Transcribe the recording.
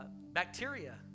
bacteria